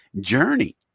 journey